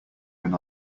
when